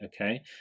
okay